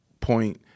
point